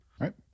right